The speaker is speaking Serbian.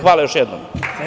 Hvala još jednom.